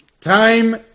time